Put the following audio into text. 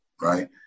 right